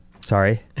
sorry